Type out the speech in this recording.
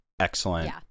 excellent